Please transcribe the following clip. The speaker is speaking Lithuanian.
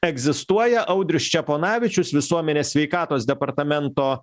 egzistuoja audrius ščeponavičius visuomenės sveikatos departamento